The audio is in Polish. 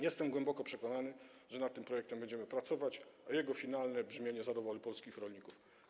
Jestem głęboko przekonany, że nad tym projektem będziemy pracować, a jego finalne brzmienie zadowoli polskich rolników.